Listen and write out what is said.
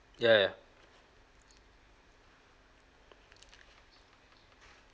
ya ya